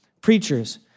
preachers